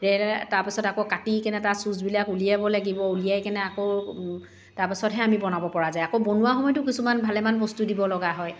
লেৰে তাৰপিছত আকৌ কাটিকিনে তাৰ চুছবিলাক উলিয়াব লাগিব উলিয়াইকেনে আকৌ তাৰপাছতহে আমি বনাব পৰা যায় আকৌ বনোৱা সময়তো কিছুমান ভালেমান বস্তু দিবলগা হয়